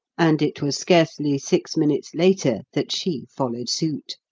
and it was scarcely six minutes later that she followed suit.